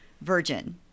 virgin